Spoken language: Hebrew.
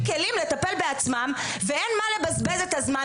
כלים לטפל בעצמם ואין מה לבזבז את הזמן,